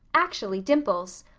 actually dimples.